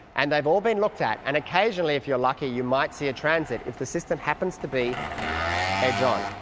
and they've all been looked at, and occasionally if you're lucky you might see a transit if the system happens to be edge-on.